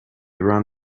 run